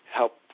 help